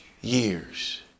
years